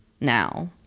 now